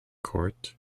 court